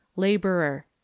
laborer